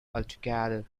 altogether